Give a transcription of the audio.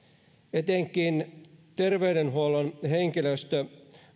etenkin terveydenhuollon henkilöstö